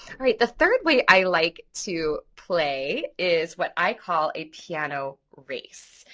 alright, the third way i like to play is what i call a piano race.